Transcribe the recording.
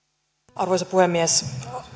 arvoisa puhemies